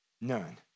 none